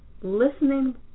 listening